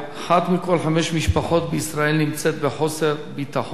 חמש משפחות בישראל נמצאת בחוסר ביטחון תזונתי.